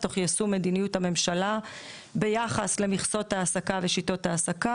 תוך יישום מדיניות הממשלה ביחס למכסות העסקה ושיטות העסקה,